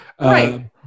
Right